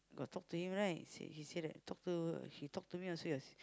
got talk to him right said he said that talk to she talk to me also your